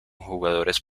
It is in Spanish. jugadores